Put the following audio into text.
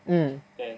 mm